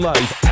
Life